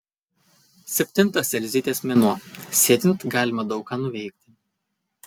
septintas elzytės mėnuo sėdint galima daug ką nuveikti